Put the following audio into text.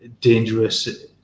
dangerous